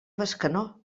bescanó